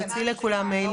ולא הצגת את עצמך.